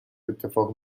اتفاق